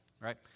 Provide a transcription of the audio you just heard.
right